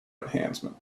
enhancement